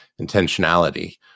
intentionality